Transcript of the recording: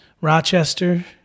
Rochester